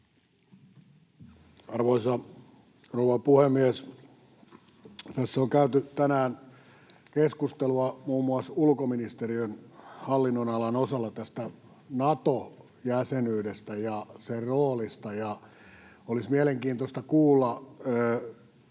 Arvoisa rouva puhemies! Tässä on käyty tänään keskustelua muun muassa ulkoministeriön hallinnonalan osalla tästä Nato-jäsenyydestä ja sen roolista, ja olisi mielenkiintoista kuulla